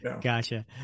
Gotcha